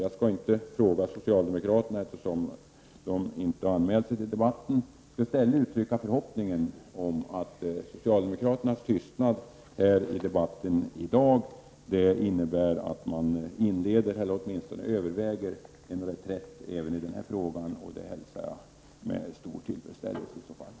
Jag skall inte fråga socialdemokraterna, eftersom de inte har någon talare anmäld till debatten. Jag uttrycker i stället förhoppningen att socialdemokraternas tystnad i dagens debatt innebär att de åtminstone överväger en reträtt även i den här frågan, vilket jag i så fall hälsar med tillfredsställelse.